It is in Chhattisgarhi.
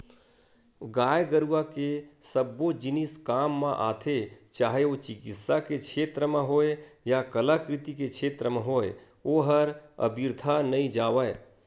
गाय गरुवा के सबो जिनिस काम म आथे चाहे ओ चिकित्सा के छेत्र म होय या कलाकृति के क्षेत्र म होय ओहर अबिरथा नइ जावय